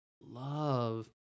love